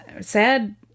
sad